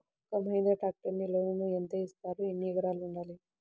ఒక్క మహీంద్రా ట్రాక్టర్కి లోనును యెంత ఇస్తారు? ఎన్ని ఎకరాలు ఉండాలి?